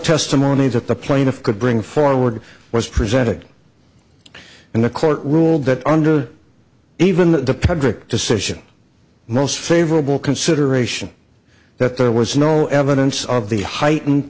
testimony that the plaintiff could bring forward was presented in the court ruled that under even the decision most favorable consideration that there was no evidence of the heightened